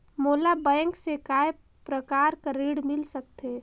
मोला बैंक से काय प्रकार कर ऋण मिल सकथे?